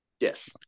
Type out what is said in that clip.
Yes